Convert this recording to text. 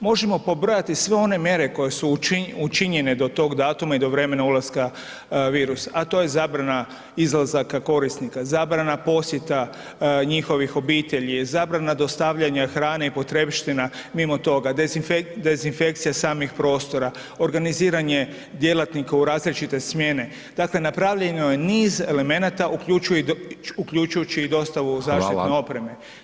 Možemo pobrojati sve one mjere koje su učinjene do tog datuma i do vremena ulaska virusa, a to je zabrana izlazaka korisnika, zabrana posjeta njihovih obitelji, zabrana dostavljanja hrane i potrepština mimo toga, dezinfekcija samih prostora, organiziranje djelatnika u različite smjene, dakle napravljeno je niz elemenata uključujući i dostavu zaštitne [[Upadica: Hvala.]] opreme.